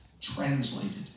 translated